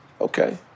okay